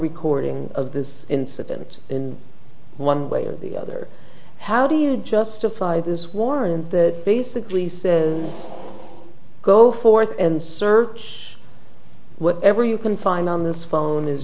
recording of this incident in one way or the other how do you justify this warrant that basically says go forth and search whatever you can find on this phone is